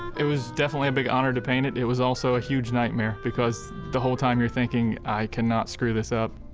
it was definitely a big honor to paint it. it was also a huge nightmare because the whole time you're thinking, i cannot screw this up.